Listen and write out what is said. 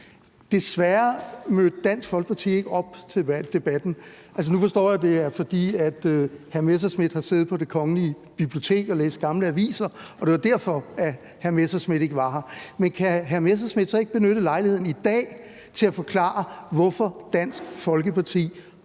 Desværre mødte Dansk Folkeparti ikke op til debatten. Altså, nu forstår jeg, at det er, fordi hr. Morten Messerschmidt har siddet på Det Kongelige Bibliotek og læst gamle aviser, og det var derfor, at hr. Morten Messerschmidt ikke var her. Men kan hr. Morten Messerschmidt så ikke benytte lejligheden i dag til at forklare, hvorfor Dansk Folkeparti